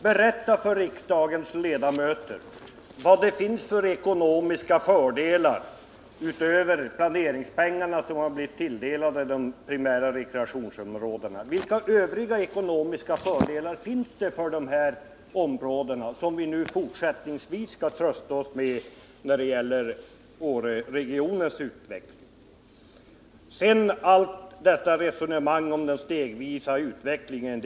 Berätta för riksdagens ledamöter vad det finns för ekonomiska förmåner — utöver de planeringspengar som blivit tilldelade de primära rekreationsområdena — för dessa områden och som vi fortsättningsvis skall trösta oss med när det gäller Åreregionens utveckling! Sedan till allt detta resonemang om den stegvisa utvecklingen.